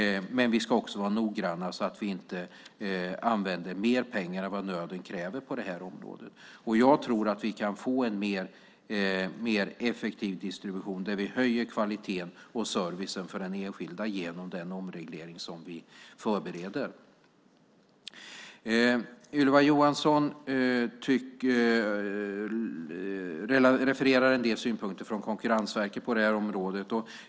Men vi ska också vara noggranna, så att vi inte använder mer pengar än vad nöden kräver på det här området. Jag tror att vi kan få en mer effektiv distribution där vi höjer kvaliteten och servicen för den enskilda genom den omreglering som vi förbereder. Ylva Johansson refererar till en del synpunkter från Konkurrensverket på det här området.